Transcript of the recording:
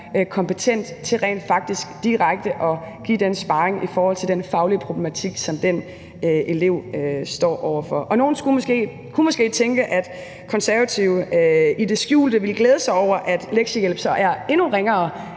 kompetent til rent faktisk direkte at give den sparring i forhold til den faglige problematik, som den elev står over for. Nogle kunne måske tænke, at Konservative i det skjulte ville glæde sig over, at lektiehjælp så er endnu ringere